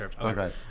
Okay